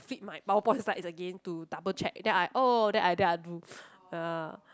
flip my PowerPoint slides again to double check then I oh then I then I do ya